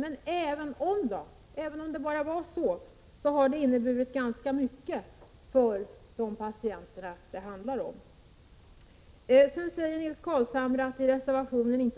Men även om det är så har den inneburit ganska mycket för de patienter det handlar om. Sedan säger Nils Carlshamre att det inte